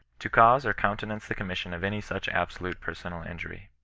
to cause or countenance the commission of any such absolute personal injury.